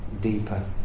deeper